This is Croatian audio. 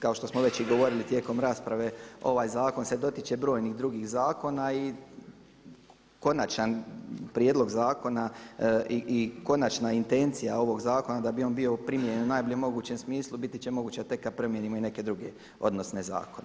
Kao što smo već i govorili tijekom rasprave ovaj zakon se dotiče brojnih drugih zakona i konačan prijedlog zakona i konačna intencija ovog zakona da bi on bio primijenjen u najboljem mogućem smislu biti će moguće tek kada promijenimo i neke druge odnosne zakone.